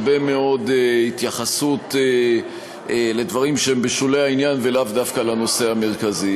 הרבה מאוד התייחסות לדברים שהם בשולי העניין ולאו דווקא לנושא המרכזי.